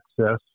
Access